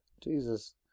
Jesus